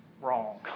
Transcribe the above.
Wrong